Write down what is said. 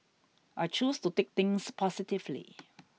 I choose to take things positively